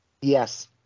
Yes